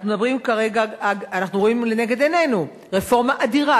אנחנו רואים לנגד עינינו רפורמה אדירה,